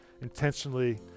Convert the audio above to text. intentionally